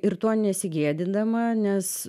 ir tuo nesigėdindama nes